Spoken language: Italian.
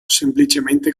semplicemente